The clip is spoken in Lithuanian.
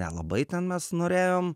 nelabai ten mes norėjom